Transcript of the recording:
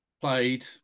played